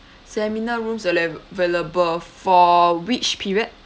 seminar rooms ala~ available for which period